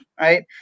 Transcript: right